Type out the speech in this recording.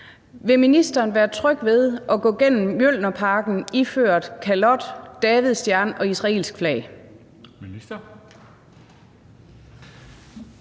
Vil ministeren være tryg ved at gå gennem Mjølnerparken iført kalot, davidsstjerne og israelsk flag?